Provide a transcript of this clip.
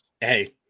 Hey